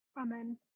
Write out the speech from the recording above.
Amen